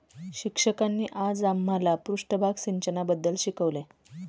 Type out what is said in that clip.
शिक्षकांनी आज आम्हाला पृष्ठभाग सिंचनाबद्दल शिकवले